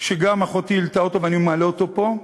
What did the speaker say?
שגם אחותי העלתה אותו ואני מעלה אותו פה: